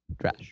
trash